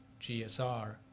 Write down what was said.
GSR